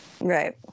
Right